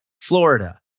Florida